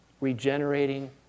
regenerating